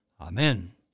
Amen